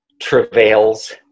travails